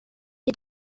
est